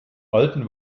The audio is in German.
alten